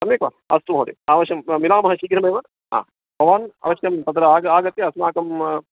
सम्यक् वा अस्तु महोदय अवशं मिलामः शीघ्रमेव भवान् अवश्यं तत्र आगत्य आगत्य अस्माकं